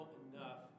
enough